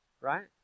right